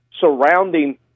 surrounding